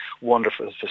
wonderful